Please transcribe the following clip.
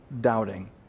doubting